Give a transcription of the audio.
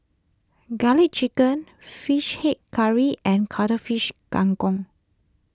Garlic Chicken Fish Head Curry and Cuttlefish Kang Kong